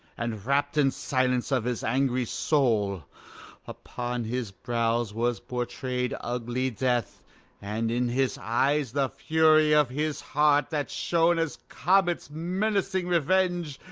and wrapt in silence of his angry soul upon his brows was pourtray'd ugly death and in his eyes the fury of his heart, that shone as comets, menacing revenge,